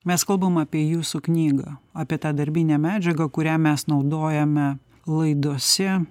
mes kalbam apie jūsų knygą apie tą darbinę medžiagą kurią mes naudojame laidose